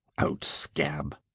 out, scab!